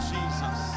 Jesus